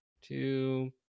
two